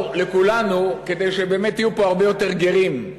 לכולנו כדי שבאמת יהיו פה הרבה יותר גרים.